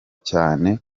cyane